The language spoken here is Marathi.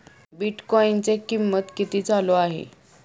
बिटकॉइनचे कीमत किती चालू आहे